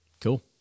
Cool